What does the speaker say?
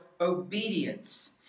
obedience